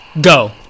Go